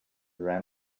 ran